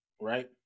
right